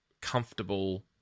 comfortable